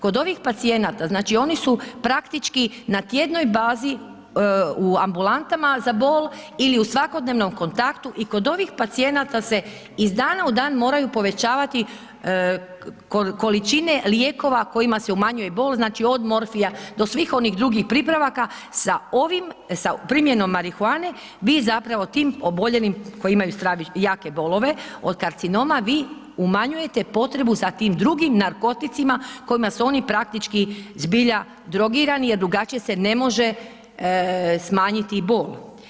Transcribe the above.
Kod ovih pacijenata, znači, oni su praktički na tjednoj bazi u ambulantama za bol ili u svakodnevnom kontaktu i kod ovih pacijenata se iz dana u dan moraju povećavati količine lijekova kojima se umanjuje bol, znači, od morfija do svih onih drugih pripravaka, sa ovim, sa primjenom marihuane vi zapravo tim oboljelim koji imaju jake bolove od karcinoma, vi umanjujete potrebu za tim drugim narkoticima kojima su oni praktički zbilja drogirani jer drugačije se ne može smanjiti bol.